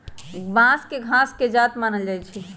बांस के घासे के जात मानल जाइ छइ